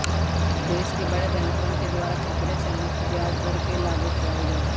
देश के बडे बैंकवन के द्वारा खतरे से मुक्त ब्याज दर के लागू कइल जा हई